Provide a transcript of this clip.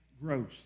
growth